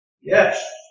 Yes